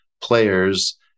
players